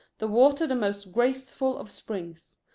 the water the most graceful of springs.